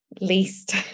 least